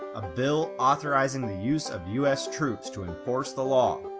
a bill authorizing the use of us troops to enforce the law,